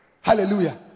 Hallelujah